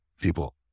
people